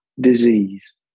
disease